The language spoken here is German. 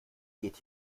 geht